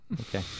okay